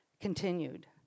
continued